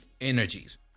energies